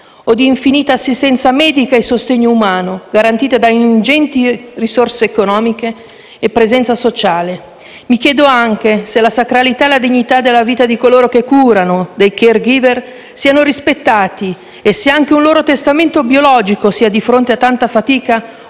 o di infinita assistenza medica e sostegno umano, garantiti da ingenti risorse economiche e presenza sociale. Mi chiedo anche se la sacralità e la dignità della vita di coloro che curano, dei *caregiver*, siano rispettate e se anche un loro testamento biologico sia, di fronte a tanta fatica,